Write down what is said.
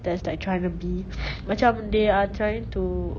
that's like trying to be macam they are trying to